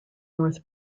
north